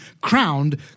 crowned